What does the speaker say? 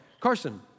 Carson